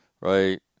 right